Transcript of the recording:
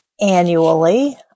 annually